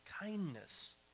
kindness